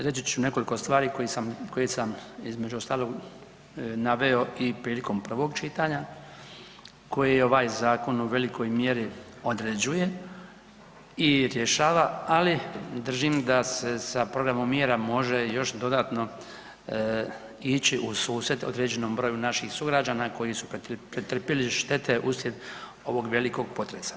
Reći ću nekoliko stvari koje sam, koje sam između ostalog naveo i prilikom prvog čitanja koji ovaj zakon u velikoj mjeri određuje i rješava, ali držim da se sa programom mjera može još dodatno ići u susret određenom broju naših sugrađana koji su pretrpjeli štete uslijed ovog velikog potresa.